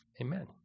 Amen